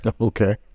Okay